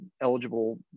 eligible